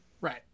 Right